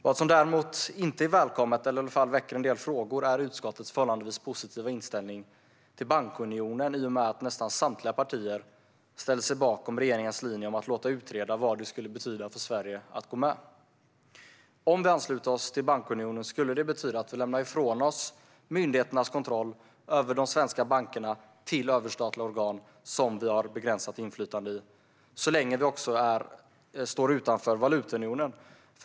Vad som däremot inte är välkommet, eller i alla fall väcker en del frågor, är utskottets förhållandevis positiva inställning till bankunionen i och med att nästan samtliga partier ställer sig bakom regeringens linje om att låta utreda vad det skulle betyda för Sverige att gå med. Om vi ansluter oss till bankunionen skulle det betyda att vi lämnar ifrån oss myndigheternas kontroll över de svenska bankerna till överstatliga organ som vi har begränsat inflytande i så länge vi också står utanför valutaunionen.